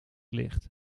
licht